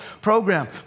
program